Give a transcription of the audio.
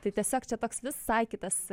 tai tiesiog čia toks visai kitas